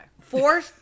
four